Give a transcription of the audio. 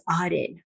audit